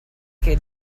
che